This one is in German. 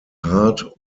hart